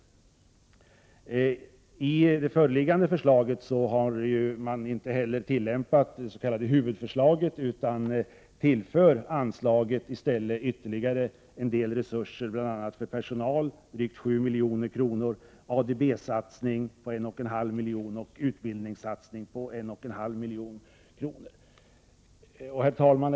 I föreliggande förslag har inte det s.k. huvudförslaget tillämpats. Anslaget tillförs i stället ytterligare resurser, bl.a. drygt 7 milj.kr. för personal, 1,5 milj.kr. för en ADB-satsning och 1,5 milj.kr. för utbildning. Herr talman!